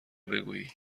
بگویی